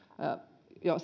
jo